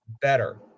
better